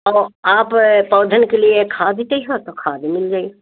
और आप पौधन के लिए खाद चाहिए तो खाद मिल जईह